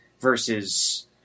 versus